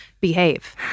behave